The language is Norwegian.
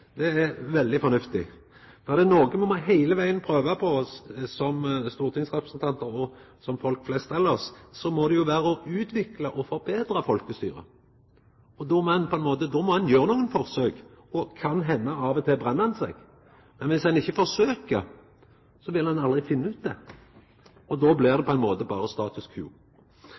Det er veldig fornuftig. Er det noko me heile vegen må prøva på som stortingsrepresentantar og som folk flest elles må det jo vera å utvikla og forbetra folkestyret. Då må ein gjera nokre forsøk, og av og til kan det henda at ein brenn seg. Men viss ein ikkje forsøkjer, vil ein aldri finna det ut, og då blir det på ein måte berre